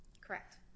Correct